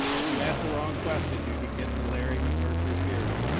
if you ask the wrong question you can get the larry mcmurtry fear.